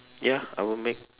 ya I will make